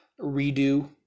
redo